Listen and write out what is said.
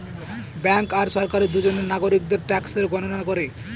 bank আর সরকারি দুজনে নাগরিকদের ট্যাক্সের গণনা করে